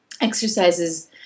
exercises